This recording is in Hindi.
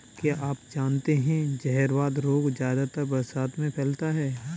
क्या आप जानते है जहरवाद रोग ज्यादातर बरसात में फैलता है?